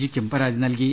ജിക്കും പരാതി നൽകി